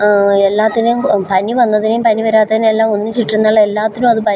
എല്ലാത്തിനെയും പനി വന്നതിനെയും പനി വരാത്തതിനെയും എല്ലാം ഒന്നിച്ചിട്ടിരുന്നാൽ എല്ലാത്തിനും അത് പനി